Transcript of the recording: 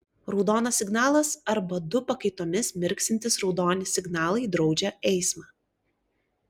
raudonas signalas arba du pakaitomis mirksintys raudoni signalai draudžia eismą